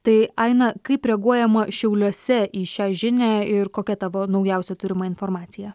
tai aiškina kaip reaguojama šiauliuose į šią žinią ir kokia tavo naujausia turima informacija